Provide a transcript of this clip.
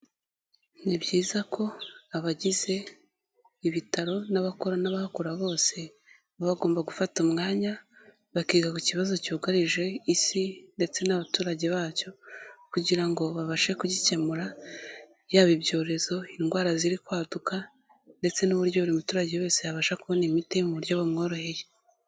Ni byiza ko abagize ibitaro n'abakora n'ahabakora bose, baba bagomba gufata umwanya bakiga ku kibazo cyugarije isi ndetse n'abaturage bacyo kugira ngo babashe kugikemura, yaba ibyorezo, indwara ziri kwaduka ndetse n'uburyo buri muturage wese yabasha kubona imiti mu buryo bumworoheye.